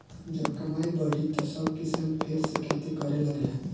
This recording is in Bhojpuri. जब कमाई बढ़ी त सब किसान फेर से खेती करे लगिहन